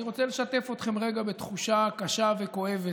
אני רוצה לשתף אתכם רגע בתחושה קשה וכואבת.